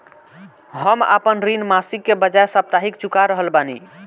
हम आपन ऋण मासिक के बजाय साप्ताहिक चुका रहल बानी